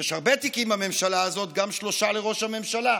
יש הרבה תיקים בממשלה הזו, גם שלושה לראש הממשלה.